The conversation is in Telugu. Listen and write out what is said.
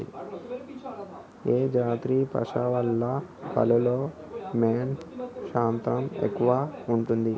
ఏ జాతి పశువుల పాలలో వెన్నె శాతం ఎక్కువ ఉంటది?